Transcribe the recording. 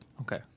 Okay